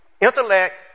intellect